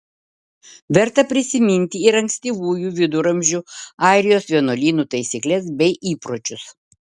verta prisiminti ir ankstyvųjų viduramžių airijos vienuolynų taisykles bei įpročius